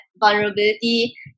vulnerability